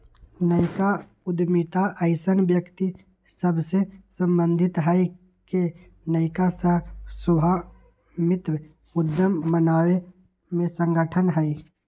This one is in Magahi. नयका उद्यमिता अइसन्न व्यक्ति सभसे सम्बंधित हइ के नयका सह स्वामित्व उद्यम बनाबे में संलग्न हइ